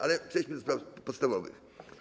Ale przejdźmy do spraw podstawowych.